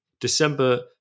December